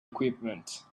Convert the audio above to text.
equipment